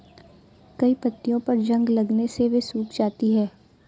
कई पत्तियों पर जंग लगने से वे सूख जाती हैं